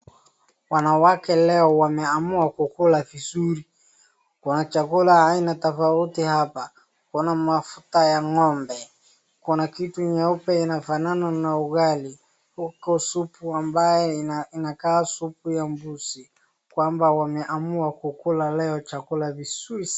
Wanawake leo wamama kukula vizuri Kwa chakula aina tofauti hapa, kuna mafuta ya ng'ombe, kuna kitu nyeupe inafanana na ugali huku supu ambaye inakaa supu ya mbuzi. Kwamba wameamua kukula Leo chakula vizuri sana.